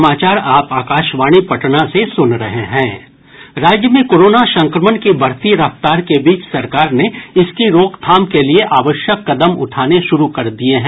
राज्य में कोरोना संक्रमण की बढ़ती रफ्तार के बीच सरकार ने इसकी रोकथाम के लिए आवश्यक कदम उठाने शुरू कर दिये हैं